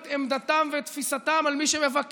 את עמדתם ואת תפיסתם על מי שמבקש